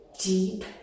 deep